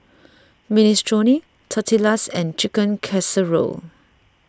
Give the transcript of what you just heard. Minestrone Tortillas and Chicken Casserole